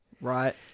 right